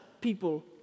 people